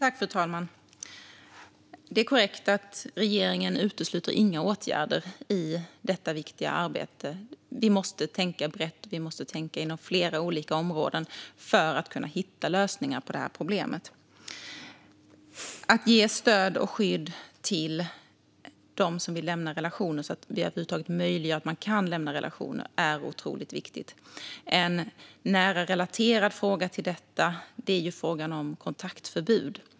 Fru talman! Det är korrekt att regeringen inte utesluter några åtgärder i detta viktiga arbete. Vi måste tänka brett, och vi måste tänka inom flera olika områden för att kunna hitta lösningar på problemet. Det är otroligt viktigt att ge stöd och skydd till dem som vill lämna relationer så att vi över huvud taget möjliggör för dem att göra det. En nära relaterad fråga till detta är frågan om kontaktförbud.